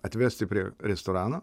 atvesti prie restorano